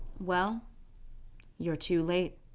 well you're too late.